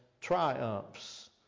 triumphs